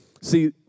See